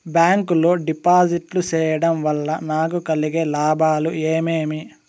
Bank లో డిపాజిట్లు సేయడం వల్ల నాకు కలిగే లాభాలు ఏమేమి?